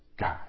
God